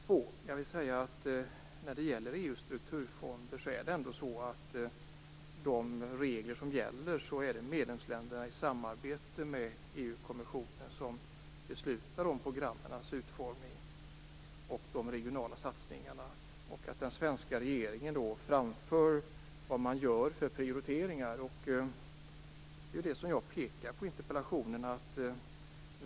Jag vill också säga att reglerna för EU:s strukturfonder ändå innebär att det är medlemsländerna i samarbete med EU-kommissionen som beslutar om programmens utformning och de regionala satsningarna. Den svenska regeringen framför vilka prioriteringar den gör. Det är det som jag pekar på i interpellationen.